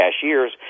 cashiers